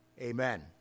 amen